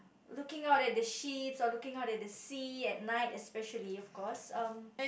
looking out at the ships or looking out at the sea at night especially of course um